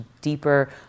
deeper